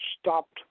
stopped